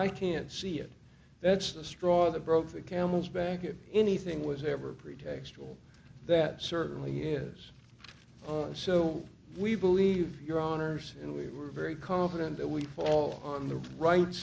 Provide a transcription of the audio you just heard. i can't see it that's the straw that broke the camel's back it anything was ever pretextual that certainly is so we believe your honour's and we were very confident that we fall on the right